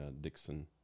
Dixon